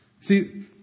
See